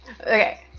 Okay